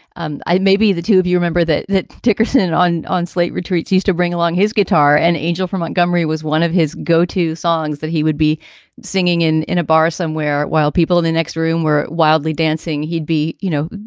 um maybe the two of you remember that. dickerson on on slate retreat's used to bring along his guitar and angel from montgomery was one of his go to songs that he would be singing in in a bar somewhere while people in the next room were wildly dancing. he'd be, you know,